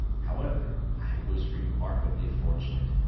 however, i was remarkably fortunate,